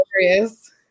hilarious